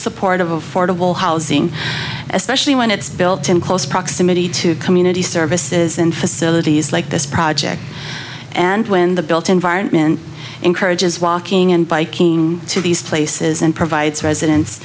support of affordable housing especially when it's built in close proximity to community services in facilities like this project and when the built environment encourages walking and biking to these places and provides residents